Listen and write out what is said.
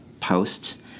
post